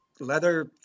leather